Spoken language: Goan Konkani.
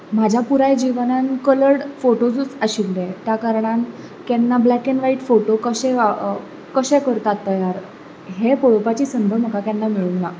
म्हाज्या पुराय जिवनांत कलर्ड फोटोचूच आशिल्ले त्या कारणान केन्ना ब्लॅक एंड व्हायट फोटो कशें करतात तयार हें पळोवपाची संद म्हाका केन्ना मेळूंक ना